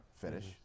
finish